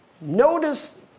Notice